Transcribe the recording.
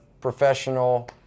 professional